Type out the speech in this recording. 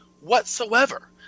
whatsoever